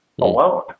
alone